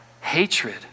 hatred